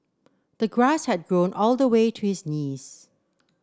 the grass had grown all the way to his knees